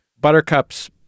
Buttercup's